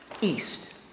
east